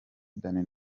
danny